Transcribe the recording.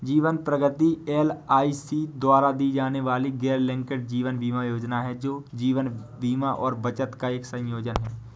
जीवन प्रगति एल.आई.सी द्वारा दी जाने वाली गैरलिंक्ड जीवन बीमा योजना है, जो जीवन बीमा और बचत का एक संयोजन है